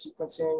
sequencing